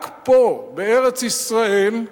רק פה, בארץ-ישראל,